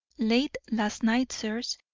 late last night, sirs,